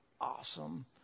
awesome